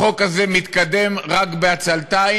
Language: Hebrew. החוק הזה מתקדם רק בעצלתיים.